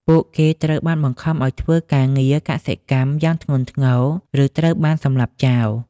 ពួកគេត្រូវបានបង្ខំឱ្យធ្វើការងារកសិកម្មយ៉ាងធ្ងន់ធ្ងរឬត្រូវបានសម្លាប់ចោល។